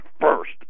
first